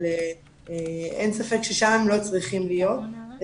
אבל אין ספק ששם הם לא צריכים להיות.